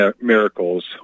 miracles